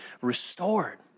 restored